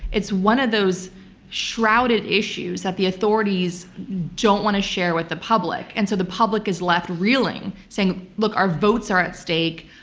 it's one of those shrouded issues that the authorities don't want to share with the public and so the public is left reeling saying, look, our votes are at stake,